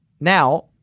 Now